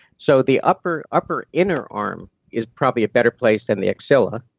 so the upper upper inner arm is probably a better place than the axilla